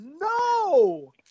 no